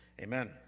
Amen